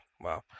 wow